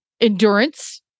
endurance